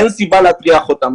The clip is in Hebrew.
אין סיבה להטריח אותם.